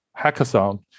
hackathon